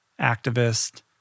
activist